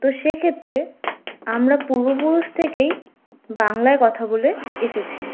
তো সেক্ষেত্রে আমরা পূর্বপুরুষ থেকেই বাংলায় কথা বলে এসেছি